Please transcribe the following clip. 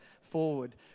forward